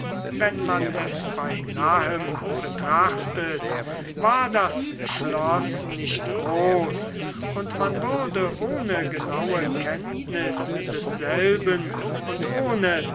wenn man es bei nahem betrachtete war das schloß nicht groß und man würde ohne genaue kenntnis desselben und ohne